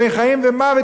בין חיים ומוות,